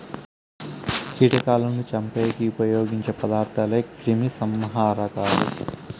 కీటకాలను చంపేకి ఉపయోగించే పదార్థాలే క్రిమిసంహారకాలు